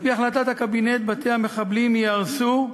על-פי החלטת הקבינט, בתי המחבלים ייהרסו,